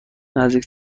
نزدیک